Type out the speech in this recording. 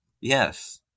Yes